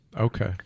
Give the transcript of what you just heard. Okay